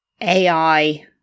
ai